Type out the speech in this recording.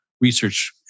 research